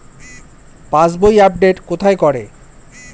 পাসবই update কোথায় করে?